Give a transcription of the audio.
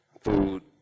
food